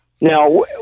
now